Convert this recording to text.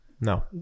No